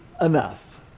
enough